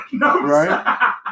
Right